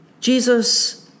Jesus